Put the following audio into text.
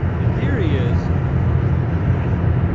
the theory is sizzle.